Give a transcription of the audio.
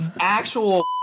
actual